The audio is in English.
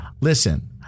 listen